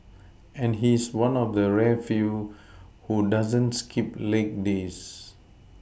and he's one of the rare few who doesn't skip leg days